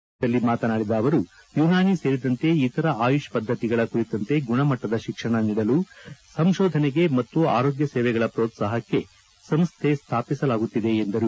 ಸಮಾರಂಭದಲ್ಲಿ ಮಾತನಾಡಿದ ಅವರು ಯುನಾನಿ ಸೇರಿದಂತೆ ಇತರ ಆಯುಷ್ ಪದ್ದತಿಗಳ ಕುರಿತಂತೆ ಗುಣಮಟ್ಟದ ಶಿಕ್ಷಣ ನೀಡಲು ಸಂಶೋಧನೆಗೆ ಮತ್ತು ಆರೋಗ್ಡ ಸೇವೆಗಳ ಪ್ರೋತ್ಸಾಹಕ್ಕೆ ಸಂಸ್ಟೆ ಸ್ವಾಪಿಸಲಾಗುತ್ತಿದೆ ಎಂದರು